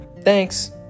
thanks